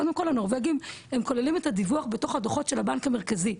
קודם כל הנורבגים כוללים את הדיווח בתוך הדו"חות של הבנק המרכזי.